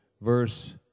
verse